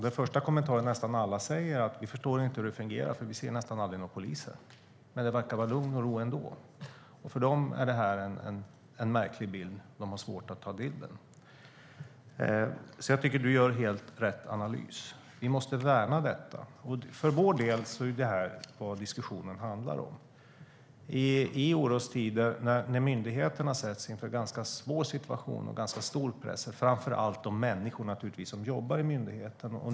Den första kommentaren nästan alla gör är: Vi förstår inte hur det fungerar. Vi ser nästan aldrig några poliser, men det verkar vara lugn och ro ändå. För dem är det en märklig bild, och de har svårt att ta in den. Du gör helt rätt analys. Vi måste värna detta. För vår del är det vad diskussionen handlar om. I orostider ställs myndigheterna inför en ganska svår situation och ganska stor press, och framför allt de människor som jobbar i myndigheterna.